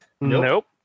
Nope